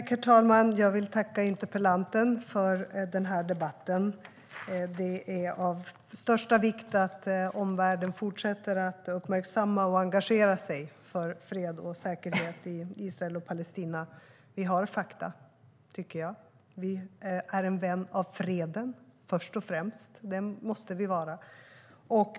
Herr talman! Jag vill tacka interpellanten för denna debatt. Det är av största vikt att omvärlden fortsätter att uppmärksamma, och engagera sig för, fred och säkerhet i Israel och Palestina. Vi har fakta, tycker jag. Vi är vänner av freden först och främst. Det måste vi vara.